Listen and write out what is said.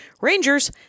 Rangers